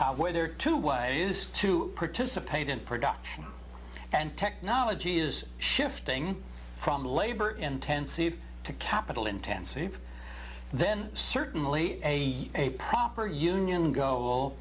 where there are two ways to participate in production and technology is shifting from labor intensive to capital intensive then certainly a proper union goal